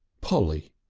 polly.